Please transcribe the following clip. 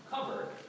cover